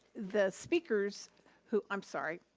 the speakers who, i'm sorry.